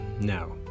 now